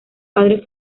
padres